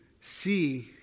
see